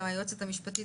היועצת המשפטית.